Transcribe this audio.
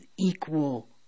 equal